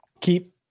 Keep